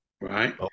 right